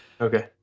Okay